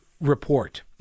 report